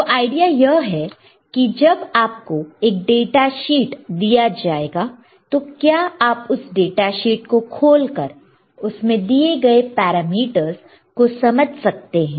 तो आईडिया यह है कि जब आपको एक डेटाशीट दिया जाएगा तो क्या आप उस डेटाशीट को खोल कर उसमें दिए गए पैरामीटर्स को समझ सकते हैं